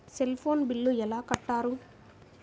Cell phone bill ఎలా కట్టారు?